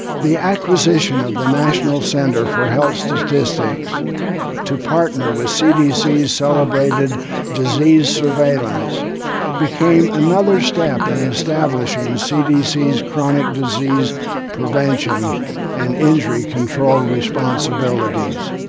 the acquisition of the national center for health statistics to partner with cdcs celebrated disease surveillance became another step in establishing cdc's chronic disease prevention and injury control responsibilities.